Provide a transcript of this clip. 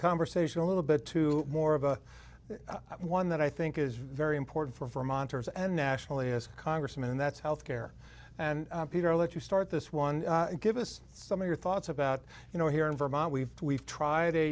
conversation a little bit to more of a one that i think is very important for vermonters and nationally as congressmen and that's health care and peter let you start this one give us some of your thoughts about you know here in vermont we've we've tried